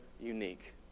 unique